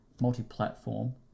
multi-platform